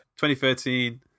2013